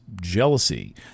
jealousy